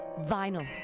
vinyl